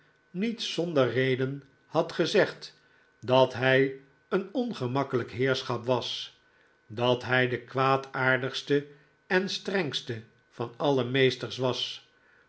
niet zonder david copper field reden had gezegd dat hij een ongemakkelijk heerschap was dat hij de kwaadaardigste en strengste van alle meesters was